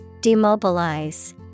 Demobilize